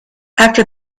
after